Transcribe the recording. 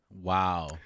Wow